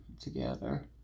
together